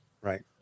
Right